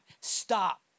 stop